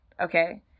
okay